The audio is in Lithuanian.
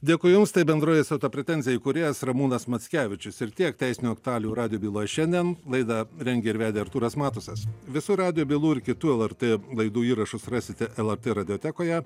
dėkui jums tai bendrovės auto pretenzija įkūrėjas ramūnas mackevičius ir tiek teisinių aktualijų radijo byloje šiandien laidą rengė ir vedė artūras matusas visų radijo bylų ir kitų lrt laidų įrašus rasite lrt radiotekoje